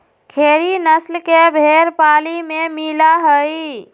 खेरी नस्ल के भेंड़ पाली में मिला हई